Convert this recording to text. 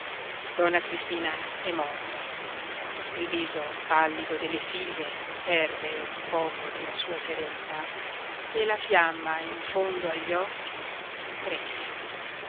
donna cristina è morta il viso pallido delle figlie perde un poco della sua serenità e la fiamma in fondo agli occhi cresce